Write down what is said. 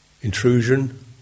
intrusion